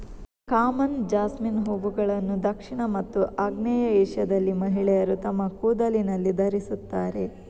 common jasmine ಹೂವುಗಳನ್ನು ದಕ್ಷಿಣ ಮತ್ತು ಆಗ್ನೇಯ ಏಷ್ಯಾದಲ್ಲಿ ಮಹಿಳೆಯರು ತಮ್ಮ ಕೂದಲಿನಲ್ಲಿ ಧರಿಸುತ್ತಾರೆ